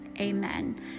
Amen